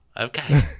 Okay